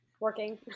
working